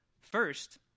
First